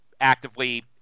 actively